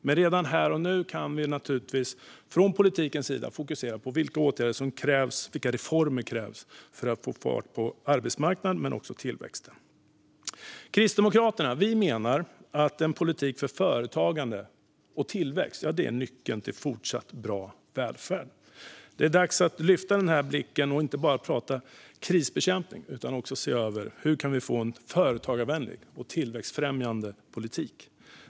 Men redan här och nu kan vi naturligtvis från politikens sida fokusera på vilka åtgärder och reformer som krävs för att få fart på arbetsmarknaden men också på tillväxten. Kristdemokraterna menar att en politik för företagande och tillväxt är nyckeln till fortsatt bra välfärd. Det är dags att lyfta blicken och inte bara prata krisbekämpning utan också se över hur vi kan få en företagarvänlig och tillväxtfrämjande politik.